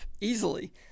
easily